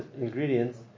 ingredients